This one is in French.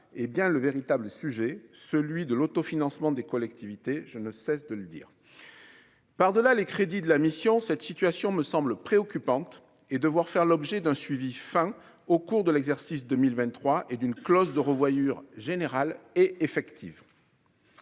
et bien le véritable sujet, celui de l'auto-financement des collectivités je ne cesse de le dire, par-delà les crédits de la mission cette situation me semble préoccupante et devoir faire l'objet d'un suivi, enfin, au cours de l'exercice 2023 et d'une clause de revoyure générale et effective